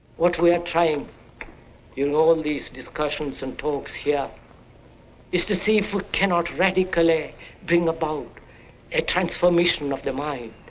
what we are trying you know in all these discussions and talks here is to see if we cannot radically bring about a transformism of the mind.